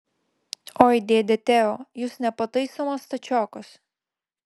oi dėde teo jūs nepataisomas stačiokas